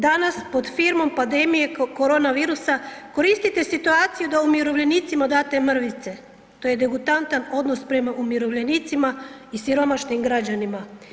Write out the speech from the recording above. Danas pod firmom pandemije koronavirusa koristite situaciju da umirovljenicima date mrvice, to je degutantan odnos prema umirovljenicima i siromašnim građanima.